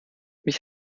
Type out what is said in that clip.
mich